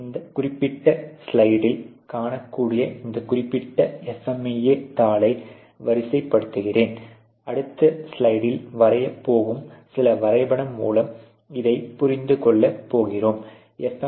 இந்த குறிப்பிட்ட ஸ்லைடில் காணக்கூடிய இந்த குறிப்பிட்ட FMEA தாளை வரிசைப்படுத்துகிறேன் அடுத்த ஸ்லைடில் வரையப் போகும் சில வரைபடம் மூலம் இதைப் புரிந்து கொள்ளப் போகிறோம்